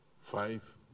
five